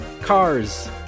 Cars